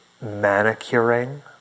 manicuring